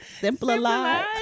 Simplify